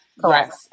Correct